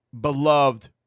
beloved